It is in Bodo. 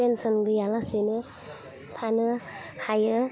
टेनसन गैया लासेनो थानो हायो